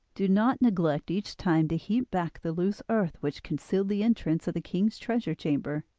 do not neglect each time to heap back the loose earth which concealed the entrance of the king's treasure chamber.